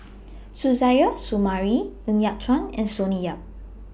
Suzairhe Sumari Ng Yat Chuan and Sonny Yap